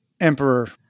Emperor